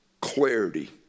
clarity